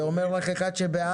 ואומר זאת אחד שהוא בעד.